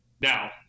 now